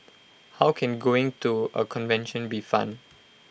how can going to A convention be fun